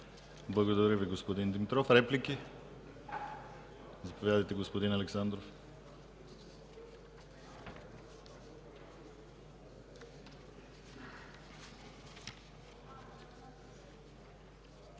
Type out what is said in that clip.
Благодаря, господин Димитров. Реплики? Заповядайте господин Александров.